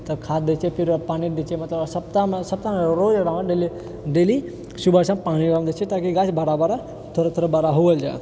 तब खाद्य दए छिऐ फिर ओकरा पानी दए छिऐ मतलब सप्ताहमे सप्ताहमे नहि रोज ओकरामे डेली सुबह शाम पानी ओकरामे दए छिऐ ताकि गाछ बड़ा बड़ा थोड़ा थोड़ा बड़ा हुअल जाए